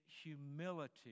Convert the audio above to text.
humility